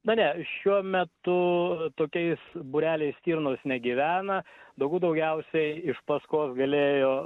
ne ne šiuo metu tokiais būreliais stirnos negyvena daugų daugiausiai iš paskos galėjo